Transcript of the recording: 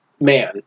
man